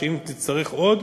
שאם תצטרך עוד,